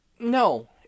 No